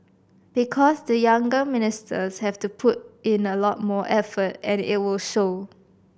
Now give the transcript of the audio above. because the younger ministers have to put in a lot more effort and it will show